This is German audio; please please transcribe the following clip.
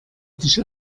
dich